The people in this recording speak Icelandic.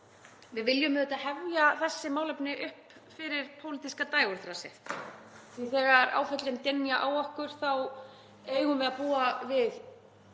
Við viljum auðvitað hefja þessi málefni upp yfir pólitíska dægurþrasið því þegar áföllin dynja á okkur þá eigum við að búa við